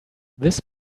this